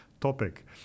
topic